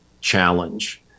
challenge